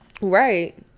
right